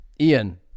Ian